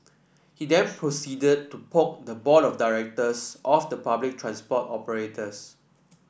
he then proceeded to poke the board of directors of the public transport operators